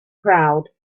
crowd